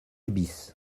bis